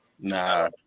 Nah